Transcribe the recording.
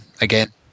again